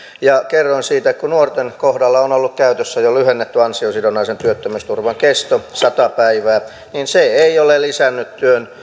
otin esimerkin siitä että kun nuorten kohdalla on ollut käytössä jo lyhennetty ansiosidonnaisen työttömyysturvan kesto sata päivää niin se ei ole lisännyt